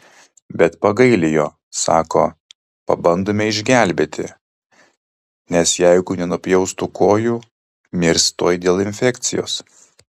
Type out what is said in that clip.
bet pagaili jo sako pabandome išgelbėti nes jeigu nenupjaus tų kojų mirs tuoj dėl infekcijos